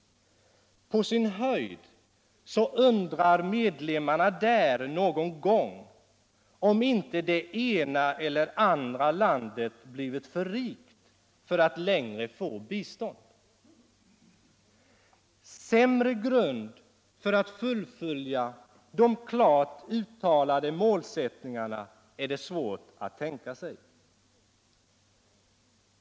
På sin höjd undrar medlemmarna där någon gång om inte det ena eller andra landet blivit för rikt för att längre få bistånd. Sämre grund för att fullfölja de klart uttalade målsättningarna är det svårt att tänka sig.